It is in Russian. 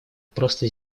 просто